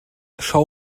schau